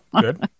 good